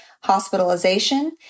hospitalization